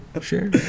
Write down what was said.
Sure